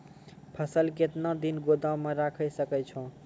फसल केतना दिन गोदाम मे राखै सकै छौ?